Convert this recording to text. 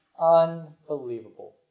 Unbelievable